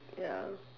ya